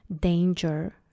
danger